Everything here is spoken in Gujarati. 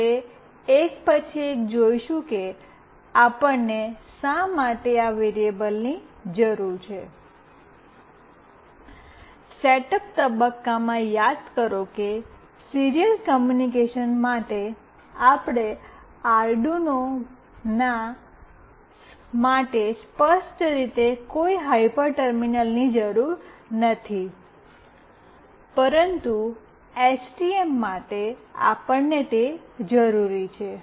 આપણે એક પછી એક જોઈશું કે આપણને શા માટે આ વેઅરિબલની જરૂર છે સેટઅપ તબક્કામાં યાદ કરો કે સીરીયલ કમ્યુનિકેશન માટે આપણને આર્ડિનો માટે સ્પષ્ટ રીતે કોઈ હાયપર ટર્મિનલની જરૂર નથી પરંતુ એસટીએમ માટે આપણને તે જરૂરી છે